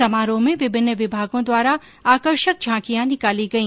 समारोह में विभिन्न विभागों द्वारा आकर्षक झांकियां निकाली गई